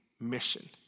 mission